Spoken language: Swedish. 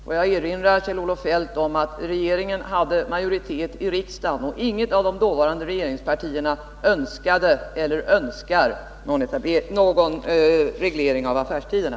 Jag vill erinra Kjell-Olof Feldt om att regeringen hade majoritet i riksdagen, och inget av de dåvarande regeringspartierna önskade eller önskar någon reglering av affärstiderna.